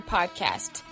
Podcast